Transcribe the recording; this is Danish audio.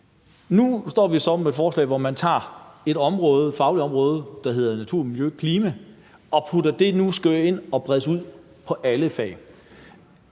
Nu står vi så med et forslag, hvor man tager et område – et fagområde – der hedder natur og miljø og klima, og skriver det ind, at det skal bredes ud på alle fag.